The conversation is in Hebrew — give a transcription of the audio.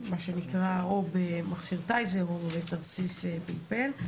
או במכשיר טייזר או בתרסיס פלפל,